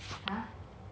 !huh! no time